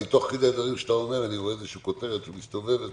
תוך כדי הדברים שאתה אומר אני רואה שיש כותרת מסתובבת